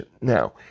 Now